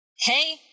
Hey